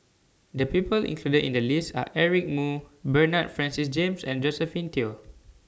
The People included in The list Are Eric Moo Bernard Francis James and Josephine Teo